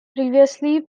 previously